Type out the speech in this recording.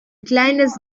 kleines